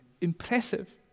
impressive